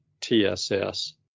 tss